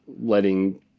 letting